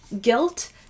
guilt